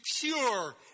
pure